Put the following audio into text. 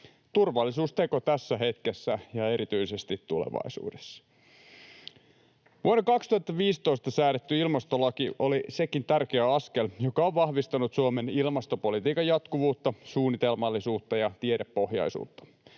turvallisuusteko tässä hetkessä ja erityisesti tulevaisuudessa. Vuonna 2015 säädetty ilmastolaki oli sekin tärkeä askel, joka on vahvistanut Suomen ilmastopolitiikan jatkuvuutta, suunnitelmallisuutta ja tiedepohjaisuutta.